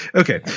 okay